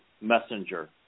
messenger